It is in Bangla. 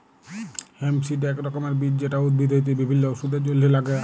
হেম্প সিড এক রকমের বীজ যেটা উদ্ভিদ হইতে বিভিল্য ওষুধের জলহে লাগ্যে